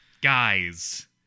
Guys